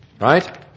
Right